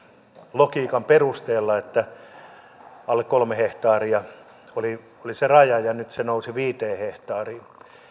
logiikan perusteella että alle kolme hehtaaria oli se raja ja nyt se nousi viiteen hehtaariin